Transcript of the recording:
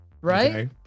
Right